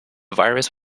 virus